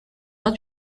not